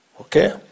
Okay